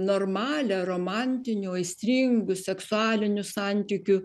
normalią romantinių aistringų seksualinių santykių